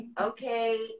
Okay